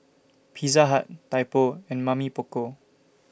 Pizza Hut Typo and Mamy Poko